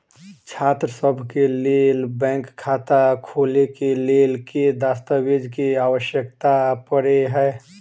छात्रसभ केँ लेल बैंक खाता खोले केँ लेल केँ दस्तावेज केँ आवश्यकता पड़े हय?